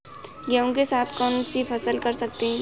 गेहूँ के साथ कौनसी फसल कर सकते हैं?